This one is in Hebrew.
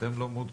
אתם לא מעודכנים?